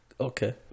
Okay